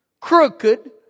crooked